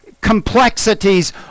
complexities